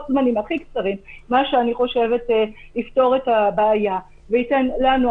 זמנים הכי קצרים מה שלדעתי יפתור את הבעיה וייתן לנו,